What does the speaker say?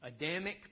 Adamic